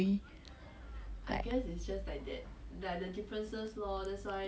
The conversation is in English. reasons why I'm single